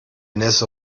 nässe